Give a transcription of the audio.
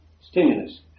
stimulus